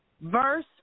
Verse